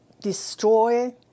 destroy